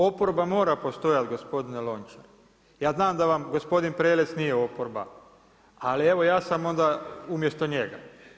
Oporba mora postojati gospodine Lončar, ja znam da vam gospodin Prelec nije oporba, ali evo ja sam onda umjesto njega.